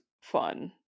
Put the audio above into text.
fun